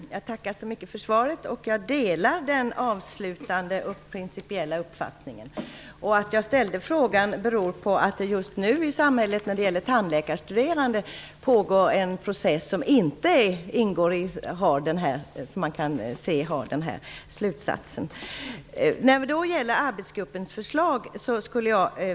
Fru talman! Jag tackar så mycket för svaret. Jag delar den avslutande principiella uppfattningen. Att jag ställde frågan beror på att det när det gäller tandläkarstuderande just nu pågår en process i samhället som inte har samma slutsats. Jag skulle vilja peka på några saker som gäller arbetsgruppens förslag.